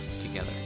together